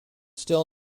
still